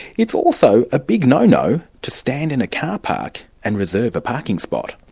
it's also a big no-no to stand in a car park and reserve a parking spot.